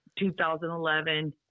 2011